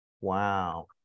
wow